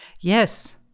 Yes